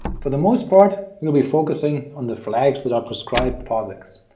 for the most part, we'll be focusing on the flags that are prescribed posix,